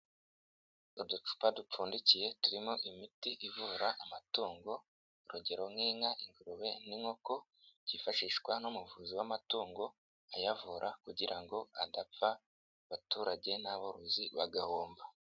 Uducupa dupfundikiye turimo imiti ivura amatungo urugero nk'inka, ingurube n'inkoko, byifashishwa n'umuvuzi w'amatungo, ayavura kugira ngo adapfa abaturage n'aborozi bagahomba.